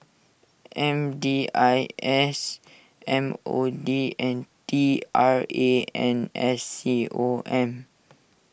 M D I S M O D and T R A N S C O M